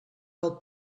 del